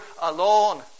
alone